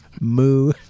moo